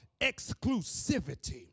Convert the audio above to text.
exclusivity